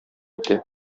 итә